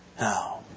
Now